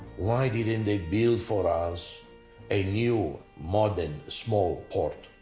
why didn't they build for us a new modern small port.